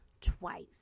twice